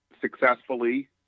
successfully